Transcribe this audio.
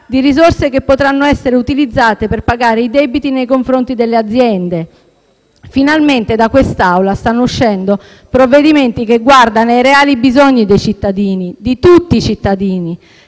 di risorse che potranno essere utilizzate per pagare i debiti nei confronti delle aziende. Finalmente da quest'Assemblea stanno uscendo provvedimenti che guardano ai reali bisogni dei cittadini, di tutti i cittadini.